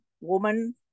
woman